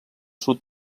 sud